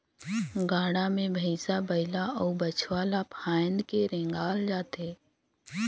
गाड़ा मे भइसा बइला अउ बछवा ल फाएद के रेगाल जाथे